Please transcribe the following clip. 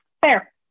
fair